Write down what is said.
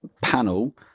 panel